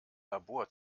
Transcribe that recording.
labor